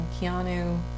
Keanu